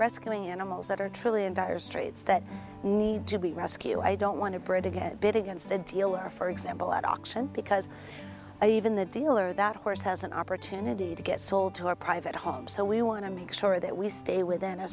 rescuing animals that are truly in dire straits that need to be rescue i don't want to bred again bid against the dealer for example at auction because even the dealer that horse has an opportunity to get sold to a private home so we want to make sure that we stay within a